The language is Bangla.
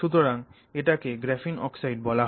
সুতরাং এটাকে গ্রাফিন অক্সাইড বলা হয়